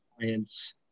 clients